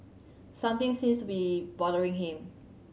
something seems to be bothering him